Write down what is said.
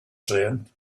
said